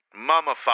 mummified